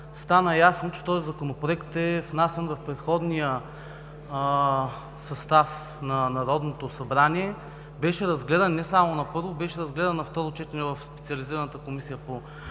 стана ясно, че този Законопроект е внасян в предходния състав на Народното събрание. Беше разгледан не само на първо, а и разгледан на второ четене в специализираната Комисия по